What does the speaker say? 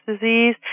disease